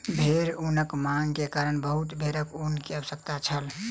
भेड़ ऊनक मांग के कारण बहुत भेड़क ऊन के आवश्यकता छल